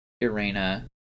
Irena